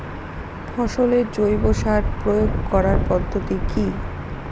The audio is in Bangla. ফসলে জৈব সার প্রয়োগ করার পদ্ধতি কি?